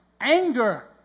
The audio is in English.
Anger